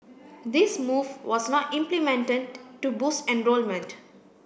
this move was not implemented to boost enrolment